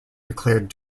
declared